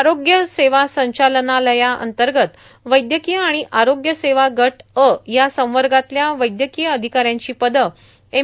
आरोग्य सेवा संचालनालयांतर्गत वैद्यकीय आणि आरोग्य सेवा गट अ या सवंगातल्या वैद्यकीय अधिकाऱ्यांची पदं एम